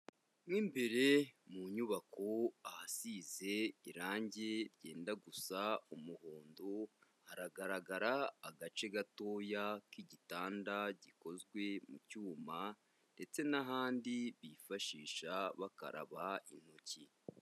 Mo imbere mu nyubako ahasize irangi rijya gusa umuhondo, haragaragara agace gatoya cy'igitanda gikozwe mu cyuma ndetse n'ahandi bifashisha bakaraba intoki.